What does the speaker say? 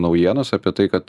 naujienos apie tai kad